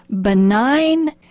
benign